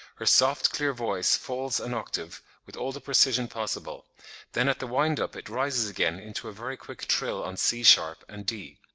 her soft clear voice falls an octave with all the precision possible then at the wind up, it rises again into a very quick trill on c sharp and d.